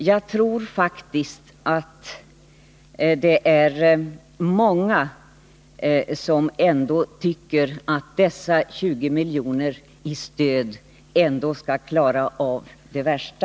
Jag tror faktiskt att det är många som tycker att 20 miljoner i stöd ändå kan klara av det värsta.